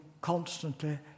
constantly